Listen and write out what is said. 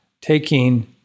taking